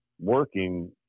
working